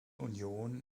union